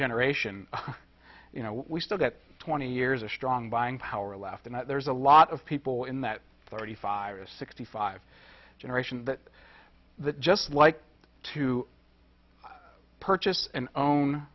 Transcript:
generation you know we still get twenty years of strong buying power left and there's a lot of people in that thirty five or sixty five generation that that just like to purchase and own